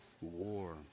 WAR